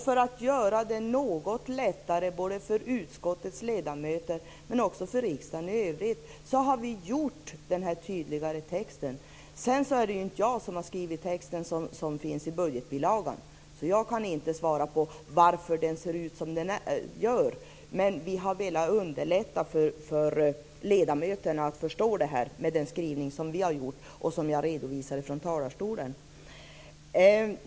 För att göra det något lättare både för utskottets ledamöter och för riksdagen i övrigt har vi skrivit den här tydligare texten. Det är inte jag som har skrivit den text som finns i budgetbilagan, så jag kan inte svara på varför den ser ut som den gör. Men vi har velat underlätta för ledamöterna att förstå det här med den skrivning som vi har gjort och som jag redovisade från talarstolen.